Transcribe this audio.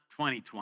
2020